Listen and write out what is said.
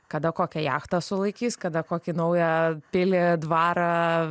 kada kokią jachtą sulaikys kada kokį naują pilį dvarą